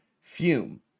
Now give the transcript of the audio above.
Fume